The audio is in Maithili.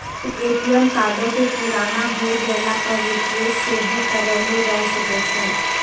ए.टी.एम कार्डो के पुराना होय गेला पे रिप्लेस सेहो करैलो जाय सकै छै